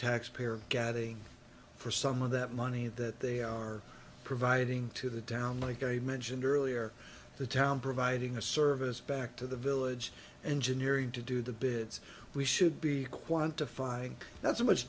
tax payer gathering for some of that money that they are providing to the town like i mentioned earlier the town providing a service back to the village engineering to do the bits we should be quantifying that so much